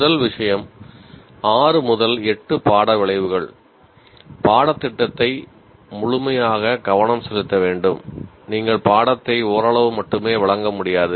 முதல் விஷயம் 6 முதல் 8 பாட விளைவுகள் பாடத்திட்டத்தை முழுமையாகக் கவனம் செலுத்த வேண்டும் நீங்கள் பாடத்தை ஓரளவு மட்டுமே வழங்க முடியாது